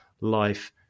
life